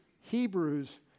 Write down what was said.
Hebrews